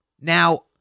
Now